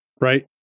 right